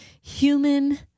human